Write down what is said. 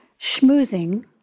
schmoozing